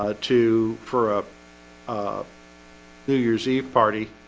ah to for a um new year's eve party,